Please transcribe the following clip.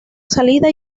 salida